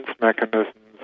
mechanisms